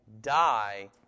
die